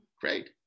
Great